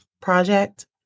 project